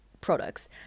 products